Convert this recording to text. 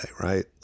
right